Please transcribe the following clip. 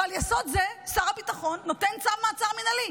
ועל יסוד זה שר הביטחון נותן צו מעצר מינהלי.